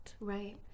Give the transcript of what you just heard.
Right